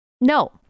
No